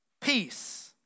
Peace